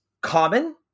common